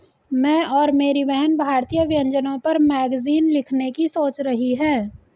मैं और मेरी बहन भारतीय व्यंजनों पर मैगजीन लिखने की सोच रही है